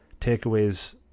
takeaways